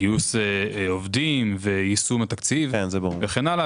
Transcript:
גיוס עובדים ויישום התקציב וכן הלאה.